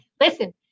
listen